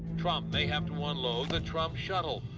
trump may have to unload the trump shuttle,